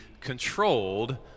controlled